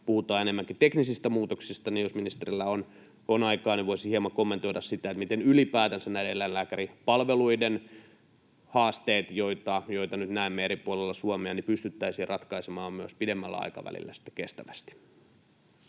puhutaan enemmänkin teknisistä muutoksista — jos ministerillä on aikaa, niin voisi hieman kommentoida sitä, miten ylipäätänsä näiden eläinlääkäripalveluiden haasteet, joita nyt näemme eri puolella Suomea, pystyttäisiin ratkaisemaan myös pidemmällä aikavälillä kestävästi.